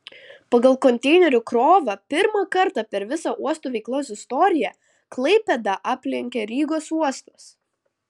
pagal konteinerių krovą pirmą kartą per visa uostų veiklos istoriją klaipėdą aplenkė rygos uostas